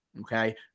Okay